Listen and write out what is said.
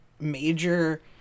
major